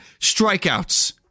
strikeouts